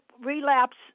relapse